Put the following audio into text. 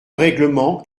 règlement